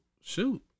shoot